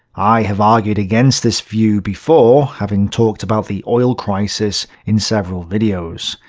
i have argued against this view before, having talked about the oil crisis in several videos.